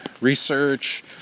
research